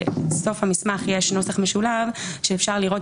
בסוף המסמך יש נוסח משולב שאפשר לראות.